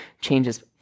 changes